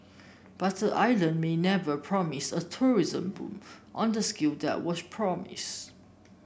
but the island may never promise a tourism boom on the scale that was promised